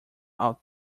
out